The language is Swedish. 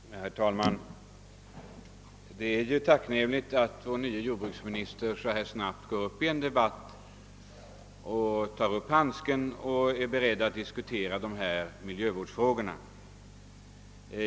Herr talman! Det är tacknämligt att vår nye jordbruksminister har tagit upp den kastade handsken och så snabbt gått upp i en debatt om miljövårdsfrågorna.